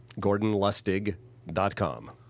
GordonLustig.com